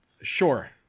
Sure